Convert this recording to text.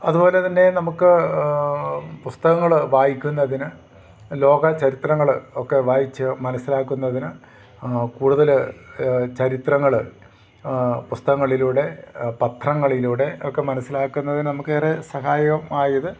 അതുപോലെ തന്നെ നമുക്ക് പുസ്തകങ്ങൾ വായിക്കുന്നതിന് ലോക ചരിത്രങ്ങൾ ഒക്കെ വായിച്ചു മനസ്സിലാക്കുന്നതിന് കൂടുതൽ ചരിത്രങ്ങൾ പുസ്തകങ്ങളിലൂടെ പത്രങ്ങളിലൂടെ ഒക്കെ മനസ്സിലാക്കുന്നത് നമുക്കേറെ സഹായകം ആയത്